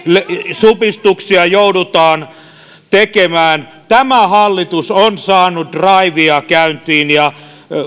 supistuksia joudutaan tekemään tämä hallitus on saanut draivia käyntiin ja